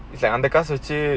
அந்தகாசவச்சி:antha kaasa vachi